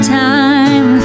time